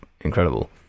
incredible